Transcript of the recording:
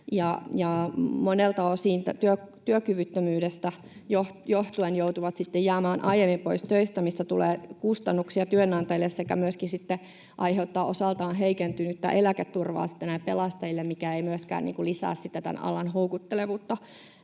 monelta osin työkyvyttömyydestä johtuen joutuvat jäämään aiemmin pois töistä, mistä tulee kustannuksia työnantajille ja mikä myöskin aiheuttaa osaltaan heikentynyttä eläketurvaa näille pelastajille, mikä ei myöskään lisää tämän alan houkuttelevuutta.